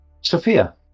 Sophia